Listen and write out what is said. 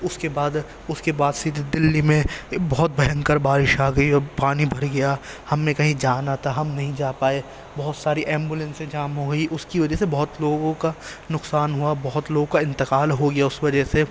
اس کے بعد اس کے بعد سیدھے دہلی میں بہت بھینکر بارش آ گئی اور پانی بھر گیا ہم نے کہیں جانا تھا ہم نہیں جا پائے بہت ساری ایمبولینسیں جام ہو گئیں اس کی وجہ سے بہت لوگوں کا نقصان ہوا بہت لوگ کا انتقال ہو گیا اس وجہ سے